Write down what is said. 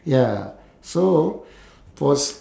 ya so for s~